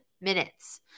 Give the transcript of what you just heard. minutes